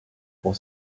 pour